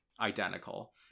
identical